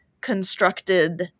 constructed